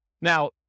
Now